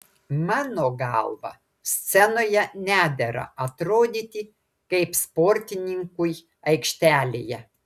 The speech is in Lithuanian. mano galva scenoje nedera atrodyti kaip sportininkui aikštelėje